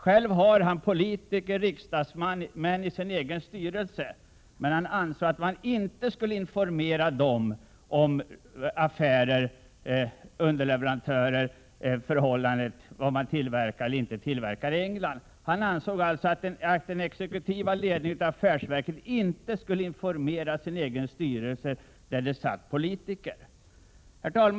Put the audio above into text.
Själv har han politiker, riksdagsmän, i sin egen styrelse, men han ansåg att han inte skulle informera dem om affärer, om vad man tillverkar eller inte tillverkar i England. Han ansåg alltså att den exekutiva ledningen av affärsverket inte skulle informera sin egen styrelse som innehöll politiker. Herr talman!